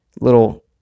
Little